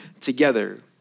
together